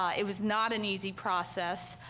it was not an easy process.